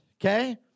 okay